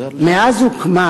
מאז הוקמה